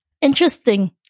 Interesting